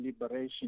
liberation